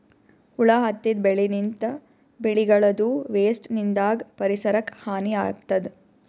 ಹುಳ ಹತ್ತಿದ್ ಬೆಳಿನಿಂತ್, ಬೆಳಿಗಳದೂ ವೇಸ್ಟ್ ನಿಂದಾಗ್ ಪರಿಸರಕ್ಕ್ ಹಾನಿ ಆಗ್ತದ್